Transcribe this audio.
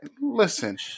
listen